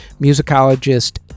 Musicologist